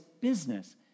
business